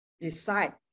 decide